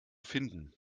finden